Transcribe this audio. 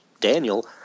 Daniel